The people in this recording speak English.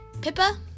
pippa